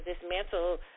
dismantle